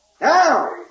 Now